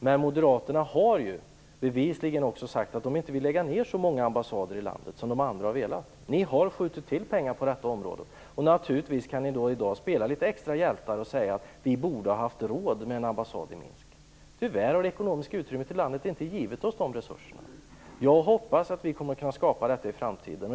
Men Moderaterna har bevisligen också sagt att de inte vill lägga ned så många ambassader som de andra har velat. Ni har skjutit till pengar på detta område. Naturligtvis kan ni då spela hjältar litet extra i dag och säga: Vi borde ha haft råd med en ambassad i Minsk. Tyvärr har det ekonomiska utrymmet i landet inte givit oss de resurserna. Jag hoppas att vi kommer att kunna skapa detta i framtiden.